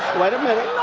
wait a minute.